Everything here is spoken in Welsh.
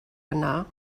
yna